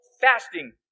fasting